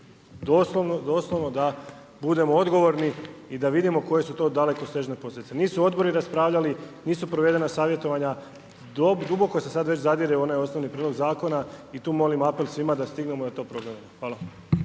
doslovno da budemo odgovorni i da vidimo koje su to dalekosežne posljedice. Nisu odbori raspravljali, nisu provedena savjetovanja duboko se sada već zadire i onaj osnovni prijedlog zakona i tu molim apel svima da stignemo i da to … Hvala.